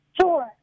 Sure